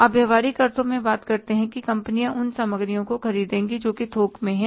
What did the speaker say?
आप व्यावहारिक अर्थों में बात करते हैं कंपनियां उन सामग्रियों को खरीदेगी जो थोक में है